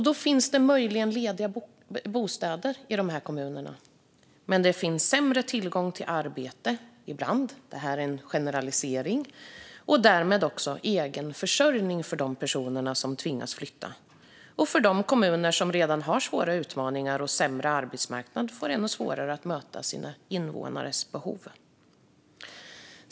Där finns möjligen lediga bostäder men, nu generaliserar jag, sämre tillgång till arbete och därmed också egen försörjning för de personer som tvingas flytta dit. De kommuner som redan har svåra utmaningar och sämre arbetsmarknad får ännu svårare att möta sina invånares behov.